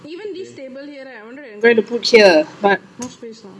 even this table here right I wanted I'm going to put here but half way far